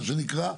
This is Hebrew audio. מה שנקרא,